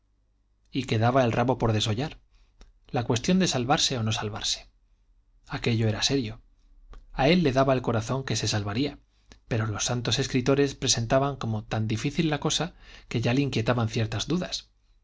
y quedaba el rabo por desollar la cuestión de salvarse o no salvarse aquello era serio a él le daba el corazón que se salvaría pero los santos escritores presentaban como tan difícil la cosa que ya le inquietaban ciertas dudas